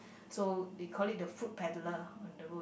so they call it the food peddler on the road